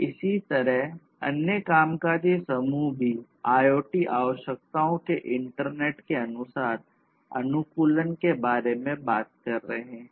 इसी तरह अन्य कामकाजी समूह भी IoT आवश्यकताओं के इंटरनेट के अनुसारअनुकूलन के बारे में बात कर रहे हैं